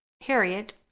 Harriet